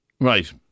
Right